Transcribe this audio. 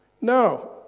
No